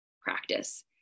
practice